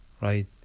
Right